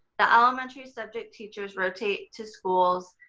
the elementary subject teachers rotate to schools,